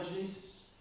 Jesus